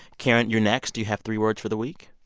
karen, you're next. do you have three words for the week?